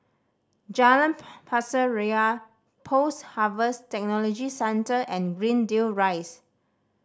Jalan Pasir Ria Post Harvest Technology Centre and Greendale Rise